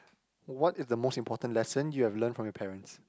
what is the most important lesson you have learnt from your parents